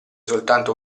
soltanto